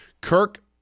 Kirk